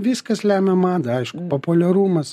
viskas lemia mada aišku populiarumas